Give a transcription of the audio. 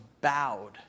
bowed